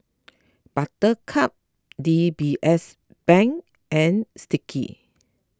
Buttercup D B S Bank and Sticky